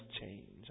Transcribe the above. change